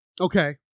Okay